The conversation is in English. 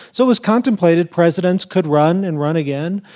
so as contemplated, presidents could run and run again.